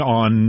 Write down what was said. on